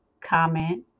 comment